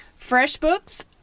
FreshBooks